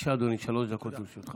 בבקשה, אדוני, שלוש דקות לרשותך.